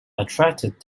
attracted